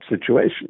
situation